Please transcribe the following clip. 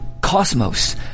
cosmos